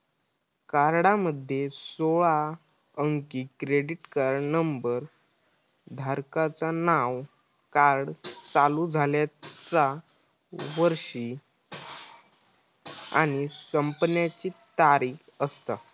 कार्डामध्ये सोळा अंकी क्रेडिट कार्ड नंबर, धारकाचा नाव, कार्ड चालू झाल्याचा वर्ष आणि संपण्याची तारीख असता